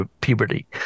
puberty